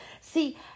See